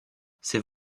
c’est